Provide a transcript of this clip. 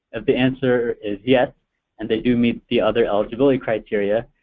if the answer is yes and they do meet the other eligibility criteria,